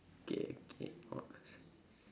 okay okay four